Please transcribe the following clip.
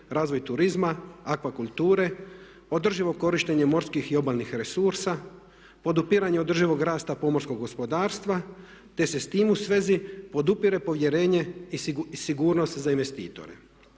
razvoj turizma, akvakulture, održivo korištenje morskih i obalnih resursa, podupiranje održivog rasta pomorskog gospodarstva, te se s tim u svezi podupire povjerenje i sigurnost za investitore.